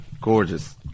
gorgeous